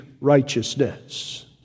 righteousness